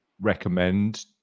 recommend